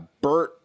Bert